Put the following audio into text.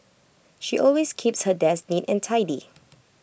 she always keeps her desk neat and tidy